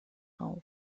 auf